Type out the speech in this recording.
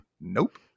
nope